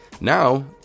Now